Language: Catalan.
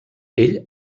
ell